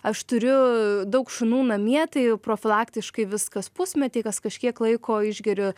aš turiu daug šunų namie tai profilaktiškai vis kas pusmetį kas kažkiek laiko išgeriu